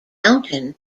mountain